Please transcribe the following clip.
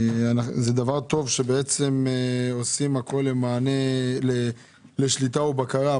זה דבר טוב שעושים את הכל לשליטה ובקרה,